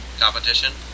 Competition